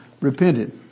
repented